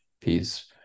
piece